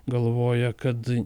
galvoja kad